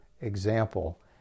example